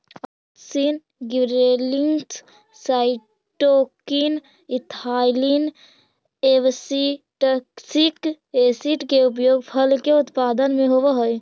auxin, gibberellins, cytokinin, ethylene, abscisic acid के उपयोग फल के उत्पादन में होवऽ हई